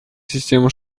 система